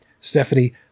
Stephanie